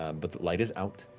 um but the light is out.